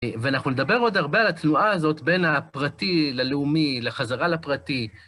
ואנחנו נדבר עוד הרבה על התנועה הזאת בין הפרטי ללאומי, לחזרה לפרטי.